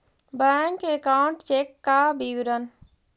Bank account check का विवरण?